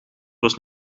was